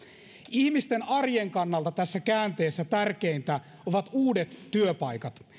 ihmisten arjen kannalta tässä käänteessä tärkeintä ovat uudet työpaikat